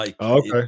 Okay